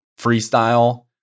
Freestyle